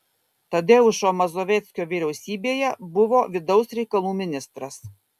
tadeušo mazoveckio vyriausybėje buvo vidaus reikalų ministras